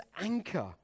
anchor